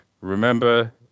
remember